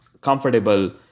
comfortable